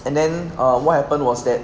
and then err what happened was that